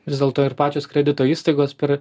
vis dėlto ir pačios kredito įstaigos per